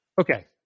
Okay